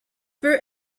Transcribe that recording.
peu